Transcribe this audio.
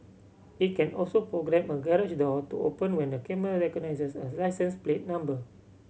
it can also programme a garage door to open when the camera recognises as license plate number